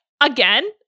again